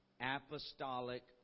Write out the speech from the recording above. apostolic